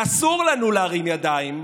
ואסור לנו להרים ידיים.